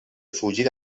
fugir